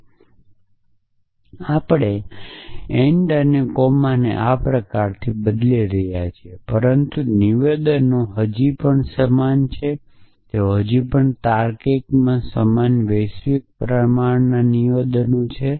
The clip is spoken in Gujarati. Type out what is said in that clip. અને આપણે એન્ડ ને કોમા અને આ પ્રકારથી બદલી રહ્યા છીએ પરંતુ નિવેદનો હજી પણ સમાન છે તેઓ હજી પણ તાર્કિકમાં સમાન વૈશ્વિક પ્રમાણમાં નિવેદનો છે